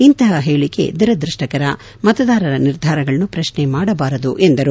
ಇಂತಪ ಹೇಳಕೆ ದುರದೃಷ್ಟಕರ ಮತದಾರರ ನಿರ್ಧಾರಗಳನ್ನು ಪ್ರಕ್ನೆ ಮಾಡಬಾರದು ಎಂದು ತಿಳಿಸಿದರು